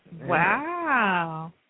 Wow